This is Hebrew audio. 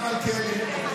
הרב מלכיאלי,